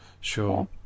Sure